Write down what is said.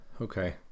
okay